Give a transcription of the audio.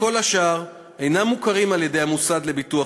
כל השאר אינם מוכרים על-ידי המוסד לביטוח